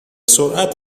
سرعت